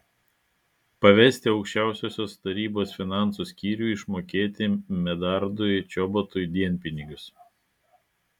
pavesti aukščiausiosios tarybos finansų skyriui išmokėti medardui čobotui dienpinigius